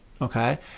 okay